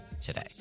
today